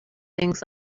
things